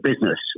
business